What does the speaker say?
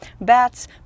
Bats